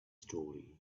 story